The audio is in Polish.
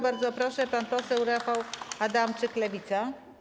Bardzo proszę, pan poseł Rafał Adamczyk, Lewica.